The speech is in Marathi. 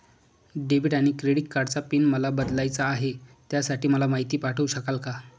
डेबिट आणि क्रेडिट कार्डचा पिन मला बदलायचा आहे, त्यासाठी मला माहिती पाठवू शकाल का?